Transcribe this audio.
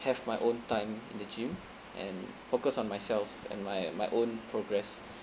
have my own time in the gym and focus on myself and my my own progress